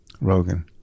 Rogan